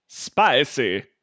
Spicy